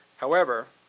however,